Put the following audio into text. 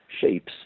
shapes